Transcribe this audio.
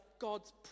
God's